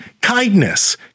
Kindness